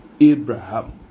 Abraham